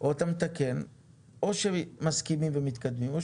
או אתה מתקן, או שמסכימים ומתקדמים או